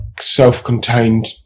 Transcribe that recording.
self-contained